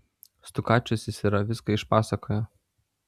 stukačius jis yra viską išpasakojo